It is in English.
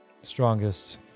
Strongest